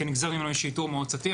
שכנגזר ממנו יש שיטור מועצתי.